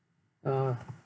ah